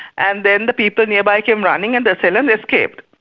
and then the people nearby came running and the assailants escaped.